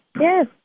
Yes